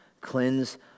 Cleanse